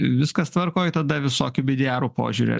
viskas tvarkoj tada visokių bi de arų požiūriu